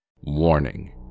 Warning